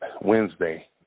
Wednesday